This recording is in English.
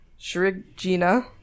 Shrigina